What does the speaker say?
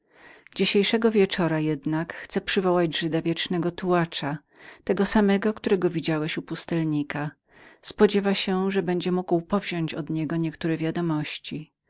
tego wieczora jednak chce przywołać żyda wiecznego tułacza tego samego którego widziałeś u pustelnika spodziewa się że będzie mógł powziąść od niego niektóre wiadomości